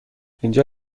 اینجا